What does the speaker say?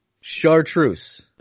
Chartreuse